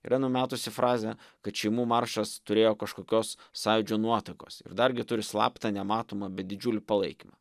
yra numetusi frazę kad šeimų maršas turėjo kažkokios sąjūdžio nuotaikos ir dargi turi slaptą nematomą bet didžiulį palaikymą